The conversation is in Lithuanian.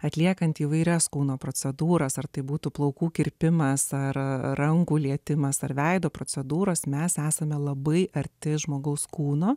atliekant įvairias kūno procedūras ar tai būtų plaukų kirpimas ar rankų lietimas ar veido procedūros mes esame labai arti žmogaus kūno